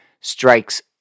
strikes